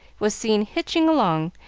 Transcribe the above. was seen hitching along,